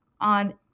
on